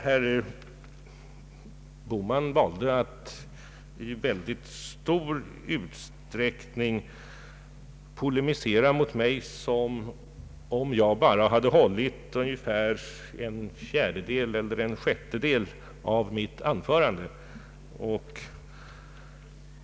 Herr Bohman valde att i väldigt stor utsträckning polemisera mot mig som om jag bara hade hållit en fjärdedel eller en sjättedel av mitt anförande.